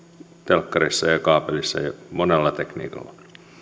telkkarissakin kaapelissa ja monella tekniikalla